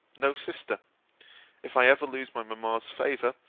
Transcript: no sister if i ever lose my mamma's favour,